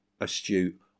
astute